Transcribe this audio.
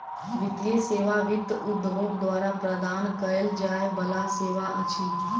वित्तीय सेवा वित्त उद्योग द्वारा प्रदान कयल जाय बला सेवा अछि